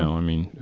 i mean,